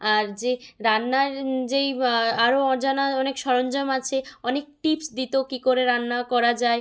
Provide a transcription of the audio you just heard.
আর যে রান্নার যেই আরও অজানা অনেক সরঞ্জাম আছে অনেক টিপস দিত কী করে রান্না করা যায়